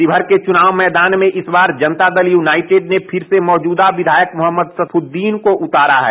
शिवहर के चुनावी मैदान में इस बार जनता दल यूनाइटेड ने फिर से मौजूदा विधायक शरफुद्दीन को उतारा है